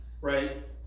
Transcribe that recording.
right